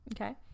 okay